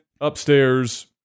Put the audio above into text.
Upstairs